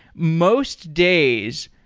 most days,